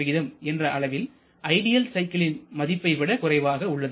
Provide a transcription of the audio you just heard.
3 என்ற அளவில் ஐடியல் சைக்கிளின் மதிப்பை விட குறைவாக உள்ளது